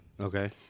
Okay